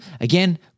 Again